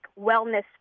wellness